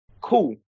cool